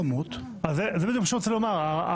--- זה בדיוק מה שאני רוצה לומר.